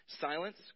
Silence